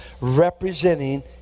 representing